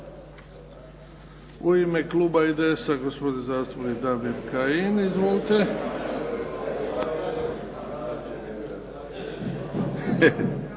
u ime Kluba IDS-a gospodin zastupnik Kajin, izvolite.